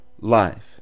life